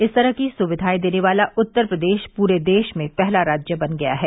इस तरह की सुविधाएं देने वाला उत्तर प्रदेश पूरे देश में पहला राज्य बन गया है